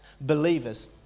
believers